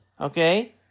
Okay